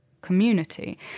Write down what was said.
community